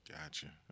Gotcha